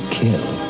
kill